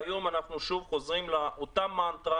והיום אנחנו שוב חוזרים לאותה מנטרה,